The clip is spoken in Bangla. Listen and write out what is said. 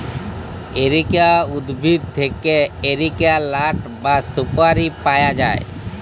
এরিকা উদ্ভিদ থেক্যে এরিকা লাট বা সুপারি পায়া যায়